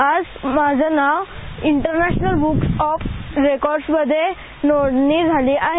आज माझं नाव इंटरनॅशनल बुक ऑफ रेकॉर्डस् मध्ये नोंदणी झाली आहे